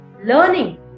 Learning